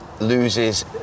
loses